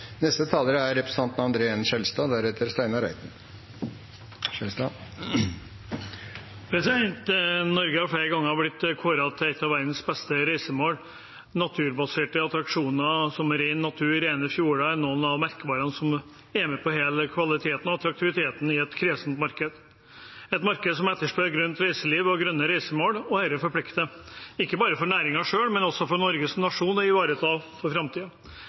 Norge har flere ganger blitt kåret til ett av verdens beste reisemål. Naturbaserte attraksjoner som ren natur og rene fjorder er noen av merkevarene som er med på å heve kvaliteten og attraktiviteten i et kresent marked, et marked som etterspør grønt reiseliv og grønne reisemål, og som man forplikter ? ikke bare for næringen selv, men også for Norge som nasjon ? å ivareta for